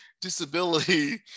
disability